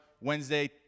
Wednesday